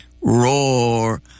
roar